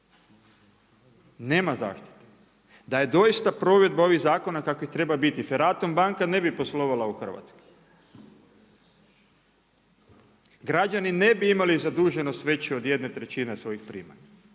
Nema zahtjeva. Da je doista provedba ovih zakona kako treba biti Ferratum banka ne bi poslovala u Hrvatskoj. Građani ne bi imali zaduženost veće od 1/3 svojih primanja.